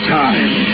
time